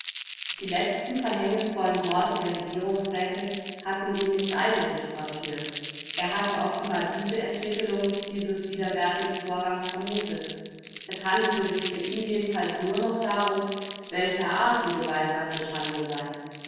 die letzten verhängnisvollen worte der regierungsrätin hatten ihn nicht eigentlich frappiert er hatte offenbar diese entwickelung des widerwärtigen vorganges vermutet es handelte sich für ihn jedenfalls nur noch darum welcher art die geweissagte schande sei